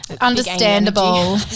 Understandable